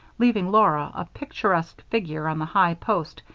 leaving laura, a picturesque figure on the high post,